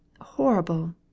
horrible